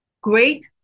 great